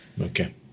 Okay